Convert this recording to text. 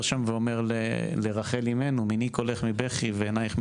שם ואומר לרחל אמנו מִנְעִי קוֹלֵךְ מִבֶּכִי וְעֵינַיִךְ